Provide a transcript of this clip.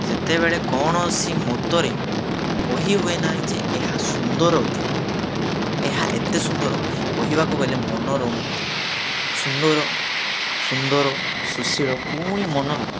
ସେତେବେଳେ କୌଣସି ମତରେ କହିହୁୁଏ ନାହିଁ ଯେ ଏହା ସୁନ୍ଦର ଅତି ନୁହଁ ଏହା ଏତେ ସୁନ୍ଦର କହିବାକୁ ଗଲେ ମନୋରମ ହୋଇଯାଏ ସୁନ୍ଦର ସୁନ୍ଦର ସୁଶିଳ ପୁଣି ମନୋରମ